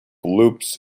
loops